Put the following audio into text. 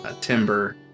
Timber